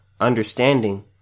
understanding